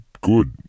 good